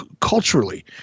culturally